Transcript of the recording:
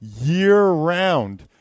year-round